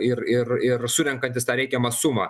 ir surenkantis tą reikiamą sumą